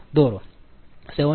u